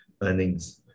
earnings